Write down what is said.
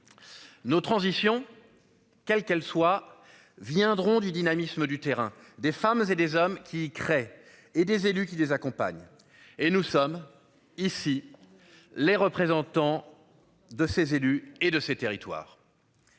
Nos transition. Quelle qu'elle soit viendront du dynamisme du terrain des femmes et des hommes qui crée et des élus qui les accompagnent et nous sommes ici les représentants de ses élus et de ses territoires.